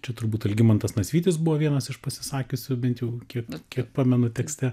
čia turbūt algimantas nasvytis buvo vienas iš pasisakiusių bent jau kiek kiek pamenu tekste